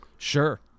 sure